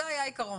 זה היה העיקרון.